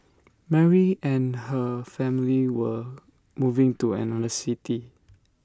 Mary and her family were moving to another city